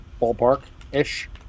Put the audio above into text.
ballpark-ish